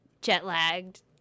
jet-lagged